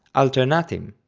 alternatim.